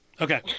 Okay